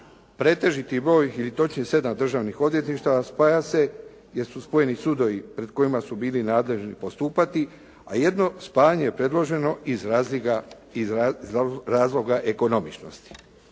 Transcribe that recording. Pretežiti broj ili točnije 7 državnih odvjetništva spaja se jer su spojeni sudovi pred kojima su bili nadležni postupati, a jedno spajanje je predloženo iz razloga ekonomičnosti.